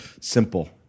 simple